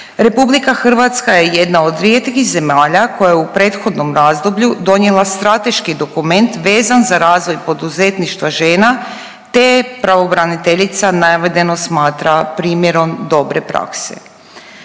rast žena. RH je jedna od rijetkih zemalja koja je u prethodnom razdoblju donijela strateški dokument vezan za razvoj poduzetništva žena te pravobraniteljica navedeno smatra primjerom dobre prakse.